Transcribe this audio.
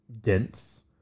dense